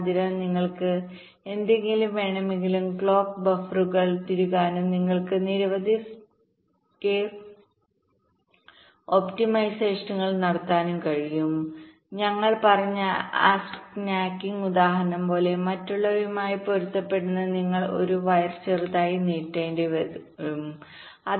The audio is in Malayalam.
അതിനാൽ നിങ്ങൾക്ക് എപ്പോൾ വേണമെങ്കിലും ക്ലോക്ക് ബഫറുകൾതിരുകാനും നിങ്ങൾക്ക് നിരവധി സ്കേവ് ഒപ്റ്റിമൈസേഷനുകൾ നടത്താനും കഴിയും ഞങ്ങൾ പറഞ്ഞ ആ സ്നാക്കിംഗ് ഉദാഹരണം പോലെ മറ്റുള്ളവയുമായി പൊരുത്തപ്പെടുന്നതിന് നിങ്ങൾ ഒരു വയർ ചെറുതായി നീട്ടേണ്ടി വന്നേക്കാം